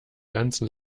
ganzen